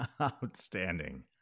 Outstanding